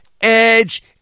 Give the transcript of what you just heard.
Edge